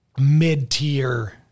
mid-tier